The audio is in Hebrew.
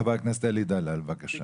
חבר הכנסת אלי דלל, בבקשה.